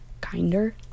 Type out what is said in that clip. kinder